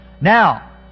Now